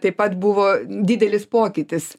taip pat buvo didelis pokytis